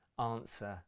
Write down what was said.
answer